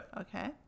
okay